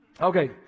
Okay